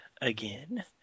again